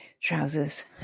trousers